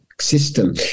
system